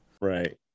Right